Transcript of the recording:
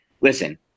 listen